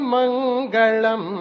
Mangalam